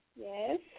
Yes